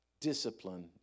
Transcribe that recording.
discipline